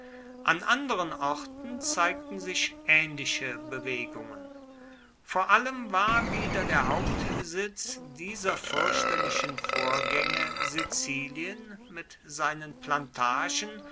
an anderen orten zeigten sich ähnliche bewegungen vor allem war wieder der hauptsitz dieser fürchterlichen vorgänge sizilien mit seinen plantagen